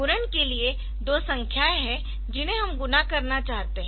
गुणन के लिए दो संख्याएँ है जिन्हें हम गुणा करना चाहते है